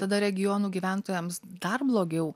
tada regionų gyventojams dar blogiau